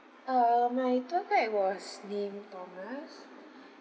uh my tour guide was named thomas